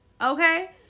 Okay